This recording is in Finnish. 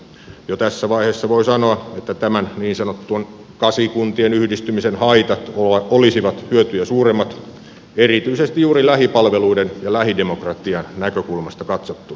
jo tässä vaiheessa voi sanoa että näiden niin sanottujen kasikuntien yhdistymisen haitat olisivat hyötyjä suuremmat erityisesti juuri lähipalveluiden ja lähidemokratian näkökulmasta katsottuna